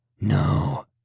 No